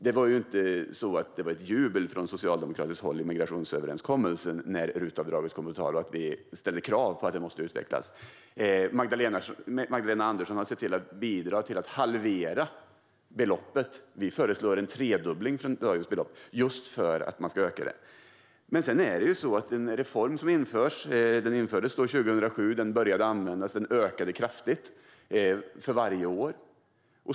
Det var inget jubel från Socialdemokraterna när vi i migrationsöverenskommelsen ställde krav på att RUT-avdraget måste utvecklas. Magdalena Andersson har bidragit till att halvera beloppet. Vi föreslår i stället en tredubbling av dagens belopp för att förstärka RUT-avdraget. Reformen infördes 2007 och ökade kraftigt för varje år.